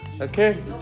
Okay